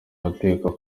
bakekwaho